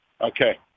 okay